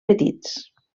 petits